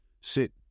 Sit